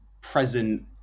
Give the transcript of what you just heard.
present